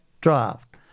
draft